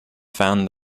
found